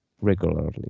regularly